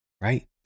right